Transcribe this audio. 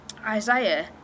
Isaiah